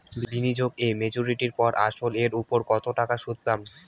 বিনিয়োগ এ মেচুরিটির পর আসল এর উপর কতো টাকা সুদ পাম?